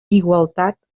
igualtat